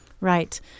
Right